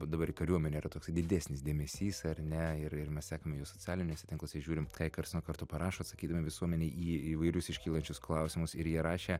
dabar į kariuomenę yra toksai didesnis dėmesys ar ne ir ir mes sekam juos socialiniuose tinkluose žiūrim ką jie karts nuo karto parašo atsakydami visuomenei į įvairius iškylančius klausimus ir jie rašė